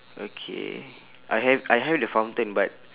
okay I have I have the fountain but